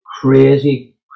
crazy